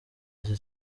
ati